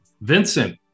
Vincent